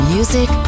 Music